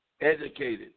Educated